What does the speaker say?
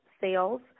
sales